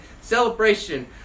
celebration